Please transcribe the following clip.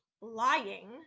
lying